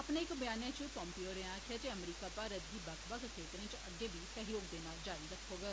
अपने इक ब्यानै च पोम्पियो होरें आक्खेआ जे अमरीका भारत गी बक्ख बक्ख क्षेत्र च अग्गै बी सहयोग देना जारी रक्खौग